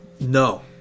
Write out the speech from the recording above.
No